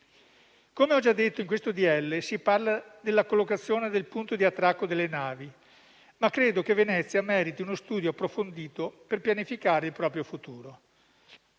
Come ho già detto, in questo decreto-legge si parla della collocazione del punto di attracco delle navi, ma credo che Venezia meriti uno studio approfondito per pianificare il suo futuro.